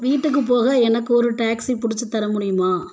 வீட்டுக்கு போக எனக்கு ஒரு டாக்ஸி பிடிச்சு தர முடியுமா